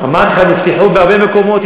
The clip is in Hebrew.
אמרתי לך, נפתחו בהרבה מקומות.